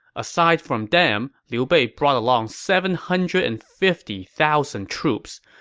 aside from them, liu bei brought along seven hundred and fifty thousand troops,